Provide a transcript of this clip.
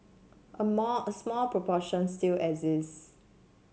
a more a small proportion still exist